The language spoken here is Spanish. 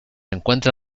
encuentra